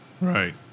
Right